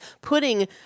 putting